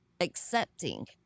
accepting